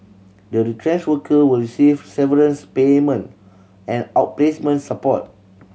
the retrenched worker will receive severance payment and outplacement support